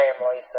families